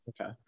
Okay